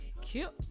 Cute